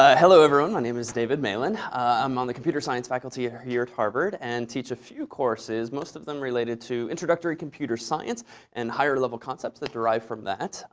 ah hello, everyone. my name is david malan. i'm on the computer science faculty here here at harvard, and teach a few courses most of them related to introductory computer science and higher level concepts that derive from that.